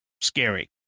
scary